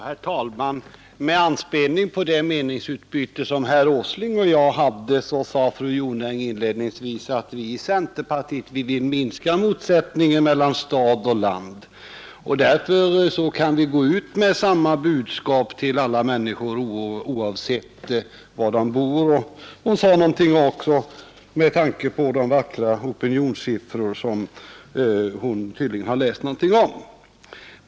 Herr talman! Med anspelning på det meningsutbyte som herr Åsling och jag hade sade fru Jonäng inledningsvis att man i centerpartiet ville minska motsättningarna mellan stad och land. Därför, sade hon, kan vi gå ut med samma budskap till alla människor, oavsett var de bor. Hon sade i något med tanke på de vackra opinionssiffror hon tydligen läst någonting om.